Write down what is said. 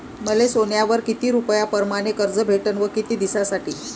मले सोन्यावर किती रुपया परमाने कर्ज भेटन व किती दिसासाठी?